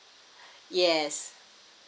yes